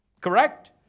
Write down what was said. correct